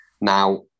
Now